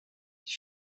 die